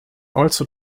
also